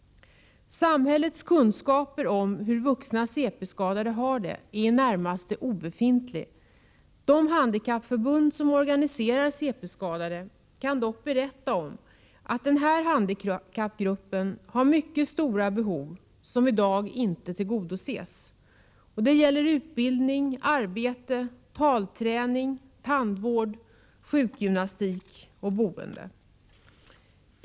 Samhällets kunskaper om hur vuxna cp-skadade har det är i det närmaste obefintliga. De handikappförbund som organiserar cp-skadade kan dock berätta att denna handikappgrupp har mycket stora behov som i dag inte tillgodoses. Det gäller utbildning, arbete, talträning, tandvård, sjukgymnastik och boende.